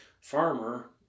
farmer